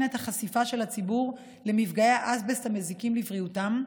את החשיפה של הציבור למפגעי האסבסט המזיקים לבריאותם,